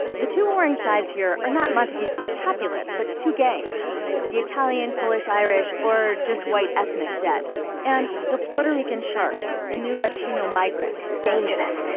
the two warring sides here are not mounted using capulets but two gangs the italian polish irish or just white ethnic jets and the puerto rican sharks. the new latino um is dangerous.